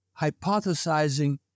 hypothesizing